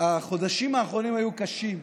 החודשים האחרונים היו קשים.